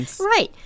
Right